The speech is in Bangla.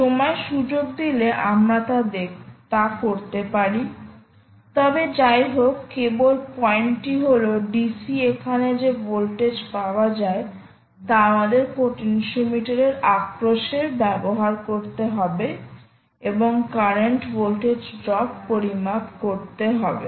সময় সুযোগ দিলে আমরা তা করতে পারি তবে যাইহোক কেবল পয়েন্টটি হল DCএখানে যে ভোল্টেজ পাওয়া যায় তা আমাদের পোটেনশিওমিটার এর আক্রোশে ব্যবহার করতে হবে এবং কারেন্ট ভোল্টেজ ড্রপ পরিমাপ রাখতে হবে